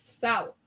South